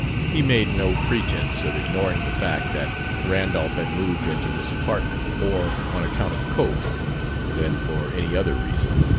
he made no pretense of ignoring the fact that randolph had moved into this apartment more on account of cope than for any other reason.